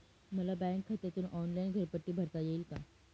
मला बँक खात्यातून ऑनलाइन घरपट्टी भरता येईल का?